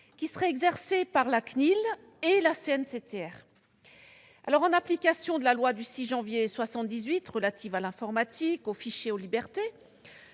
qui serait exercé par la CNIL et la CNCTR. En application de la loi du 6 janvier 1978 relative à l'informatique, aux fichiers et aux libertés,